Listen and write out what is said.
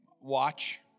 watch